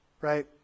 right